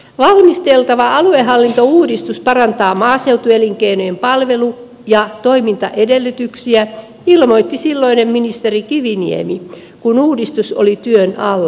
valmisteltava aluehallintouudistus parantaa maaseutuelinkeinojen palvelu ja toimintaedellytyksiä ilmoitti silloinen ministeri kiviniemi kun uudistus oli työn alla